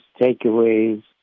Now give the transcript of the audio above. takeaways